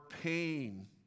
pain